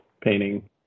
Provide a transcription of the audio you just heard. painting